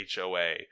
HOA